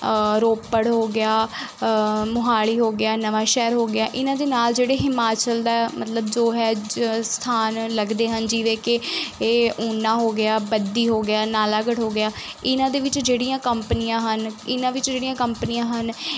ਰੋਪੜ ਹੋ ਗਿਆ ਮੋਹਾਲੀ ਹੋ ਗਿਆ ਨਵਾਂ ਸ਼ਹਿਰ ਹੋ ਗਿਆ ਇਹਨਾਂ ਦੇ ਨਾਲ ਜਿਹੜੇ ਹਿਮਾਚਲ ਦਾ ਮਤਲਬ ਜੋ ਹੈ ਜ ਸਥਾਨ ਲੱਗਦੇ ਹਨ ਜਿਵੇਂ ਕਿ ਇਹ ਉਨਾ ਹੋ ਗਿਆ ਬੱਦੀ ਹੋ ਗਿਆ ਨਾਲਾਗੜ ਹੋ ਗਿਆ ਇਹਨਾਂ ਦੇ ਵਿੱਚ ਜਿਹੜੀਆਂ ਕੰਪਨੀਆਂ ਹਨ ਇਹਨਾਂ ਵਿੱਚ ਜਿਹੜੀਆਂ ਕੰਪਨੀਆਂ ਹਨ